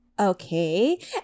Okay